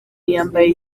yambaye